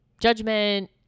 judgment